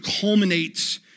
culminates